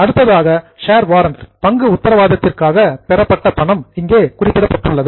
அடுத்ததாக share warrant பங்கு உத்தரவாதத்திற்காக பெறப்பட்ட பணம் இங்கே குறிப்பிடப்பட்டுள்ளது